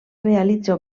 realitza